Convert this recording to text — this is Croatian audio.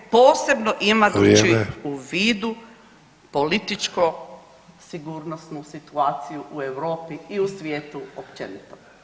Posebno imajući u [[Upadica: Vrijeme.]] vidu političko sigurnosno situaciju u Europi i u svijetu općenito.